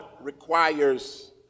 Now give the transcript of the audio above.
requires